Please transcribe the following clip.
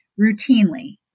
routinely